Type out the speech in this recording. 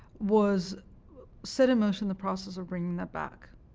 was set in motion the process of bringing that back.